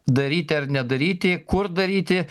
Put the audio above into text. daryti ar nedaryti kur daryti